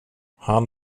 han